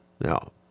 No